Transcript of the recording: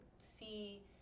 see